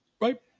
Right